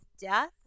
death